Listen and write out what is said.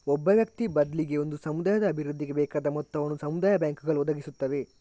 ಒಬ್ಬ ವ್ಯಕ್ತಿ ಬದ್ಲಿಗೆ ಒಂದು ಸಮುದಾಯದ ಅಭಿವೃದ್ಧಿಗೆ ಬೇಕಾದ ಮೊತ್ತವನ್ನ ಸಮುದಾಯ ಬ್ಯಾಂಕುಗಳು ಒದಗಿಸುತ್ತವೆ